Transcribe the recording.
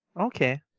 Okay